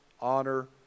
honor